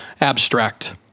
Abstract